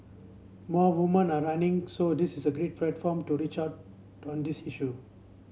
more woman are running so this is a great platform to reach out to on this issue